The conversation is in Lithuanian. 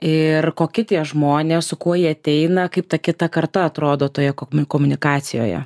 ir kokie tie žmonės su kuo jie ateina kaip ta kita karta atrodo toje kom komunikacijoje